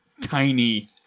tiny